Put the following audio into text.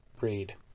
read